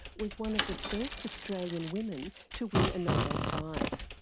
was one of the first australian women to win a nobel prize.